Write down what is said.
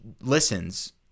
listens